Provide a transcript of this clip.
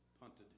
punted